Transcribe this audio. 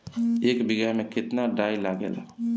एक बिगहा में केतना डाई लागेला?